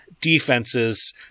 defenses